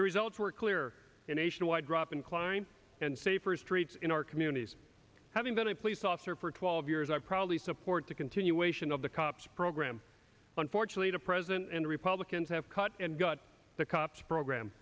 the results were clear a nationwide drop in klein and safer streets in our communities having been a police officer for twelve years i probably support the continuation of the cops program unfortunately the president and republicans have cut and cut the cops program